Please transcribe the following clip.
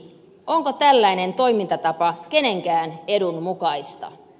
onko tällainen toimintatapa kenenkään edun mukaista